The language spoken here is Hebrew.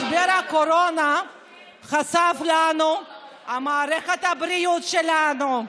משבר הקורונה חשף לנו את מערכת הבריאות שלנו,